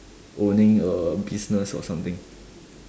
owning a business or something